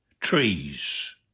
trees